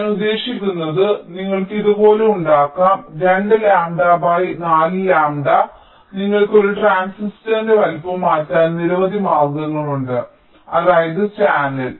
ഞാൻ ഉദ്ദേശിക്കുന്നത് നിങ്ങൾക്ക് ഇതുപോലെ ഉണ്ടാക്കാം 2 ലാംഡ ബൈ 4 ലാംഡ നിങ്ങൾക്ക് ഒരു ട്രാൻസിസ്റ്ററിന്റെ വലുപ്പം മാറ്റാൻ നിരവധി മാർഗങ്ങളുണ്ട് അതായത് ചാനൽ